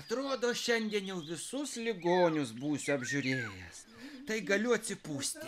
atrodo šiandien jau visus ligonius būsiu apžiūrėjęs tai galiu atsipūsti